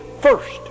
first